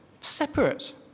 separate